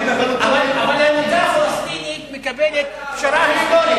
ההנהגה הפלסטינית מקבלת פשרה היסטורית,